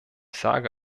sage